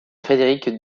frédéric